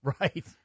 Right